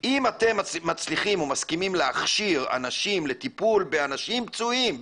אם אתם מצליחים או מסכימים להכשיר אנשים לטיפול באנשים פצועים,